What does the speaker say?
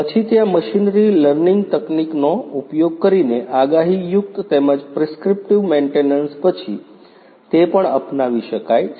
પછી ત્યાં machinery learning તકનીકોનો ઉપયોગ કરીને આગાહીયુક્ત તેમજ પ્રિસ્ક્રિપ્ટીવ મેન્ટેનન્સ પછી તે પણ અપનાવી શકાય છે